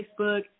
Facebook